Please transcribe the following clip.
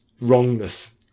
wrongness